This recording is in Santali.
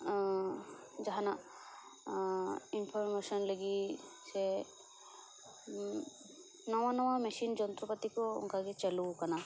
ᱡᱟᱦᱟᱱᱟᱜ ᱤᱱᱯᱷᱳᱨᱢᱮᱥᱮᱱ ᱞᱟᱹᱜᱤᱫ ᱥᱮ ᱱᱟᱣᱟ ᱱᱟᱣᱟ ᱢᱮᱥᱤᱱ ᱡᱚᱱᱛᱨᱚᱯᱟᱛᱤ ᱠᱚ ᱚᱱᱠᱟᱜᱮ ᱪᱟᱹᱞᱩ ᱟᱠᱟᱱᱟ